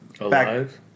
alive